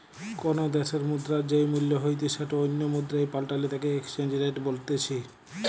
কোনো দ্যাশের মুদ্রার যেই মূল্য হইতে সেটো অন্য মুদ্রায় পাল্টালে তাকে এক্সচেঞ্জ রেট বলতিছে